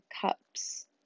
Cups